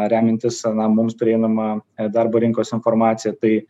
remiantis na mums prieinama darbo rinkos informacija tai